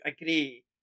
agree